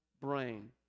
brain